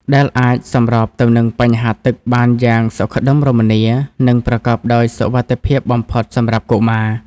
ដែលអាចសម្របទៅនឹងបញ្ហាទឹកបានយ៉ាងសុខដុមរមនា និងប្រកបដោយសុវត្ថិភាពបំផុតសម្រាប់កុមារ។